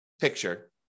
picture